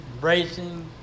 racing